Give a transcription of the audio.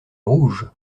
rouge